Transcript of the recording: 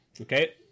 Okay